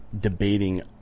debating